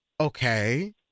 Okay